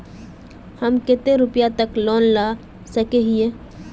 हम कते रुपया तक लोन ला सके हिये?